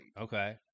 Okay